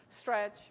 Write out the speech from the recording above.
stretch